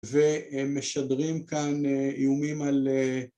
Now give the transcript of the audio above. ומשדרים כאן איומים על...